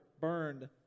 burned